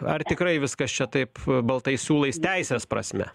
ar tikrai viskas čia taip baltais siūlais teisės prasme